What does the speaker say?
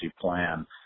plan